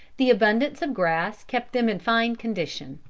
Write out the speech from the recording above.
the abundance of grass kept them in fine condition.